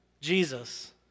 Jesus